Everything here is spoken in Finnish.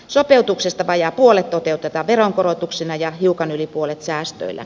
sopeutuksesta vajaa puolet toteutetaan veronkorotuksina ja hiukan yli puolet säästöillä